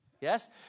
Yes